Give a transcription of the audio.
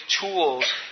tools